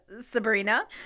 Sabrina